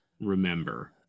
remember